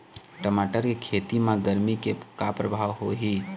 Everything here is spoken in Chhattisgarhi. टमाटर के खेती म गरमी के का परभाव होही?